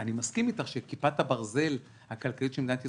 אני מסכים אתך שכיפת הברזל הכלכלית של מדינת ישראל,